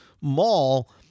mall